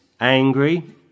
angry